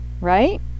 Right